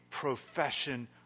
profession